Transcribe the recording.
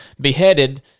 beheaded